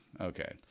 Okay